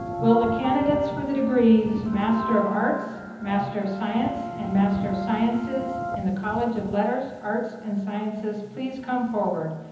will the candidates for the degrees master of arts, master of science and master of sciences in the college of letters, arts and sciences, please come forward.